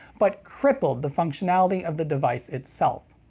but crippled the functionality of the device itself.